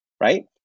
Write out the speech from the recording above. right